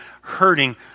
hurting